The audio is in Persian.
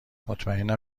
مطمیئنم